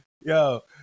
yo